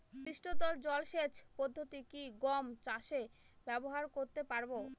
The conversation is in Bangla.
পৃষ্ঠতল জলসেচ পদ্ধতি কি গম চাষে ব্যবহার করতে পারব?